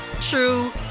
true